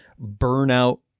burnout